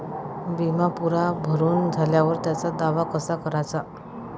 बिमा पुरा भरून झाल्यावर त्याचा दावा कसा कराचा?